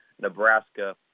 Nebraska